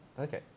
Okay